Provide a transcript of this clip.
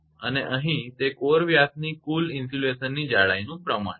અને અહીં તે કોર વ્યાસની કુલ ઇન્સ્યુલેશન જાડાઈનું પ્રમાણ છે